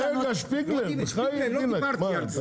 לא אמרתי את זה.